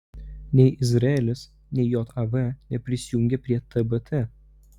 nei izraelis nei jav neprisijungė prie tbt